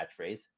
catchphrase